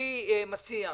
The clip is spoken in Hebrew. אני מציע,